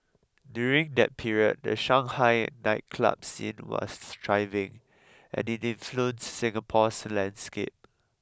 during that period the Shanghai nightclub scene was thriving and it influenced Singapore's landscape